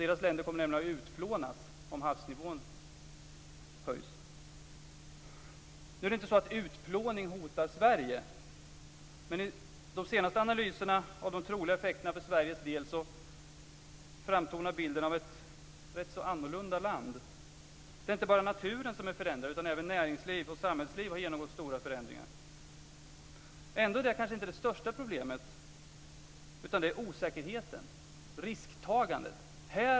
Deras länder kommer nämligen att utplånas om havsnivån höjs. Det är inte bara naturen som är förändrad, utan även näringsliv och samhällsliv har genomgått stora förändringar. Ändå är detta kanske inte det största problemet, utan det är osäkerheten och risktagandet.